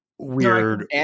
weird